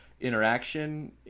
interaction